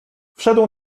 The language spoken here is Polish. wszedł